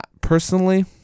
personally